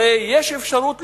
הרי יש אפשרות להשלים,